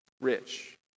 rich